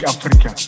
Africa